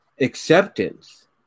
acceptance